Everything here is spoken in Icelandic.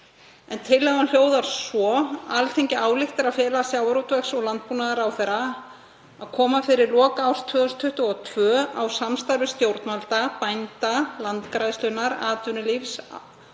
en tillagan hljóðar svo: „Alþingi ályktar að fela sjávarútvegs- og landbúnaðarráðherra að koma fyrir lok árs 2022 á samstarfi stjórnvalda, bænda, Landgræðslunnar, atvinnulífs